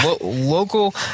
Local